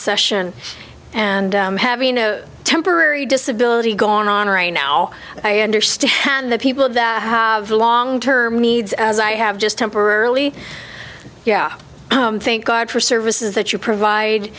session and having a temporary disability gone on or a now i understand the people that have long term needs as i have just temporarily yeah i think god for services that you provide